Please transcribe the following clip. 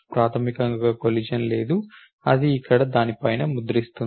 ప్రాథమికంగా కొలిషన్ లేదు అది అక్కడ దాని పైన ముద్రిస్తుంది